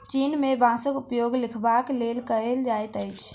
चीन में बांसक उपयोग लिखबाक लेल कएल जाइत अछि